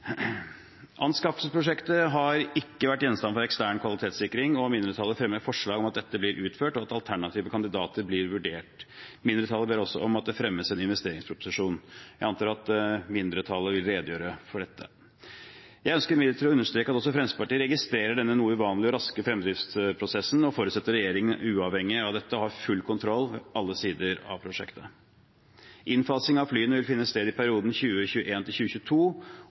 Anskaffelsesprosjektet har ikke vært gjenstand for ekstern kvalitetssikring, og mindretallet fremmer forslag om at dette blir utført og at alternative kandidater blir vurdert. Mindretallet ber også om at det fremmes en investeringsproposisjon. Jeg antar at mindretallet vil redegjøre for dette. Jeg ønsker imidlertid å understreke at også Fremskrittspartiet registrerer denne noe uvanlige og raske fremdriftsprosessen og forutsetter at regjeringen, uavhengig av dette, har full kontroll ved alle sidene av prosjektene. Innfasing av flyene vil skje i perioden